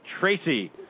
Tracy